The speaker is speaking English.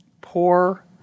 poor